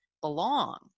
belong